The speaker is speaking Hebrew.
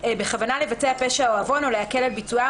בכוונה לבצע פשע או עוון או להקל על ביצועם